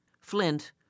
Flint